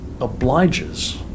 obliges